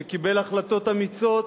שקיבל החלטות אמיצות,